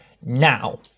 Now